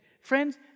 Friends